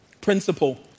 Principle